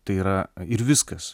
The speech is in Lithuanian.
tai yra ir viskas